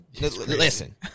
Listen